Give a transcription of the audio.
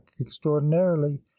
extraordinarily